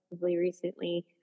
recently